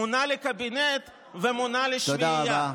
מונה לקבינט ומונה לשביעייה.